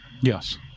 Yes